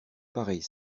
pareille